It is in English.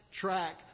track